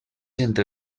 entre